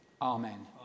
Amen